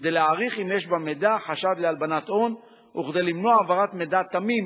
כדי להעריך אם יש במידע חשד להלבנת הון וכדי למנוע העברת מידע תמים